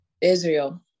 Israel